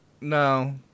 No